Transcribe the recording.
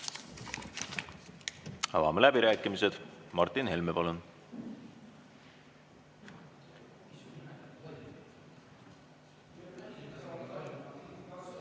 Avame läbirääkimised. Martin Helme, palun!